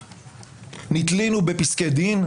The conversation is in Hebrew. נתלינו בפסקי דין,